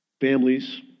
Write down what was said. Families